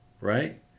right